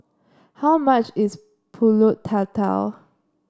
how much is pulut Tatal